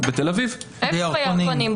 איפה בירקונים?